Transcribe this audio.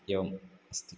एवम् अस्ति